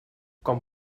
com